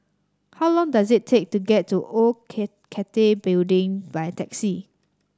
how long does it take to get to Old Cathay Building by taxi